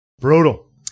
Brutal